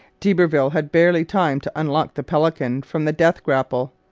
d'iberville had barely time to unlock the pelican from the death grapple,